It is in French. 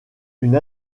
une